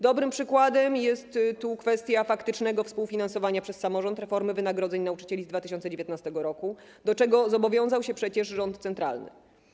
Dobrym przykładem jest tu kwestia faktycznego współfinansowania przez samorządy reformy wynagrodzeń nauczycieli z 2019 r., do czego zobowiązał się przecież rząd centralny.